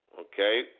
Okay